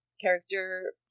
character